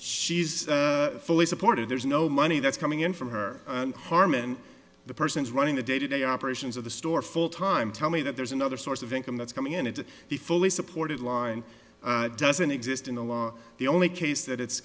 she's fully supported there's no money that's coming in from her harm and the persons running the day to day operations of the store full time tell me that there's another source of income that's coming in and the fully supported line doesn't exist in the law the only case that it's